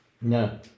No